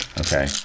Okay